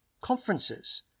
conferences